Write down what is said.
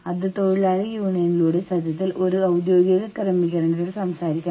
സ്ഥാപനത്തിന്റെ വളരെ ചെറിയൊരു ഭാഗം നിങ്ങളുടെ ഉടമസ്ഥതയിലുള്ളതാണ്